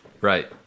Right